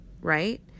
right